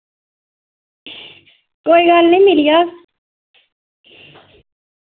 कोई गल्ल नि मिली जाग